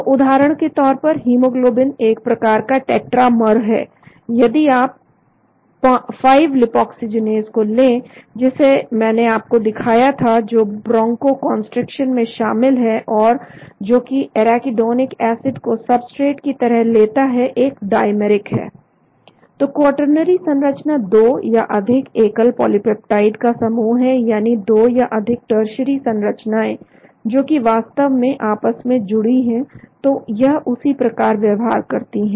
तो उदाहरण के तौर पर हीमोग्लोबिन एक प्रकार का टेट्रामर है यदि आप 5 लीपाक्सीजीनेस को लें जिसे मैंने आपको दिखाया था जो ब्रोंकोकंसट्रिक्शन में शामिल है और जो किएराकीडोनिक एसिड को सबस्ट्रेट की तरह लेता है एक डाईमेरिक है तो क्वार्टरनरी संरचना दो या अधिक एकल पॉलिपेप्टाइड का समूह है यानी दो या अधिक टर्शीयरी संरचनाएं जो कि वास्तव में आपस में जुड़ी हैं तो यह उसी प्रकार व्यवहार करती हैं